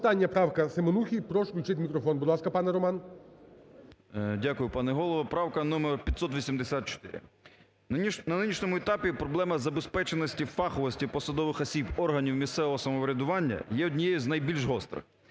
На нинішньому етапі проблема забезпеченості фаховості посадових осіб органів місцевого самоврядування є однією з найбільш гострих.